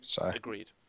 Agreed